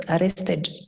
arrested